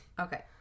Okay